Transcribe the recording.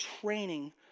training